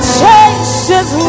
chases